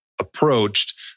approached